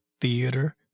theater